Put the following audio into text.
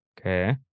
okay